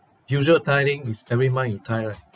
usual tithing is every month you tithe right